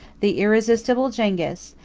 the irresistible zingis,